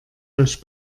euch